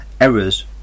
errors